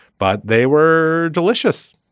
but they were delicious.